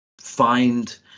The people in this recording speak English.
find